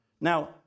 Now